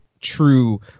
true